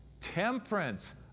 temperance